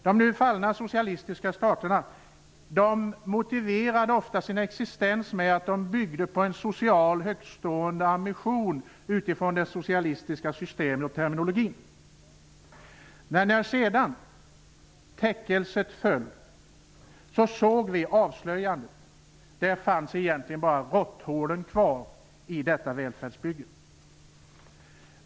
De nu fallna socialistiska staterna motiverade ofta sin existens med att de byggde på en social, högtstående ambition utifrån det socialistiska systemet och terminologin. När sedan täckelset föll såg vi avslöjandet. Det fanns egentligen bara råtthålet kvar i detta välfärdsbygge.